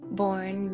born